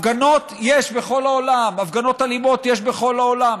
הפגנות יש בכל העולם, הפגנות אלימות יש בכל העולם.